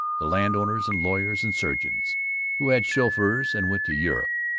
the land-owners and lawyers and surgeons who had chauffeurs and went to europe.